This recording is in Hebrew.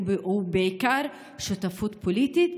ובעיקר שותפות פוליטית,